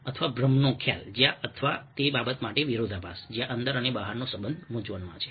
અથવા ભ્રમનો ખ્યાલ જ્યાં અથવા તે બાબત માટે વિરોધાભાસ જ્યાં અંદર અને બહારનો સંબંધ મૂંઝવણમાં છે